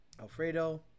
Alfredo